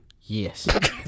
Yes